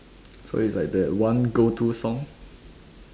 so it's like that one go to song